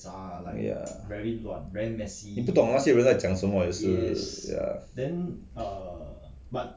ya 你都不懂那些人在讲什么有时 ya